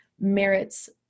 merits